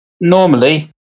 Normally